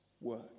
work